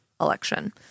election